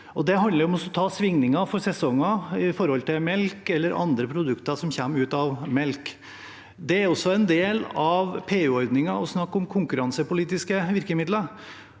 Det handler om å ta med svingninger i sesongene med tanke på melk eller andre produkter som kommer av melk. Det er også en del av PU-ordningen å snakke om konkurransepolitiske virkemidler.